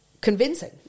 convincing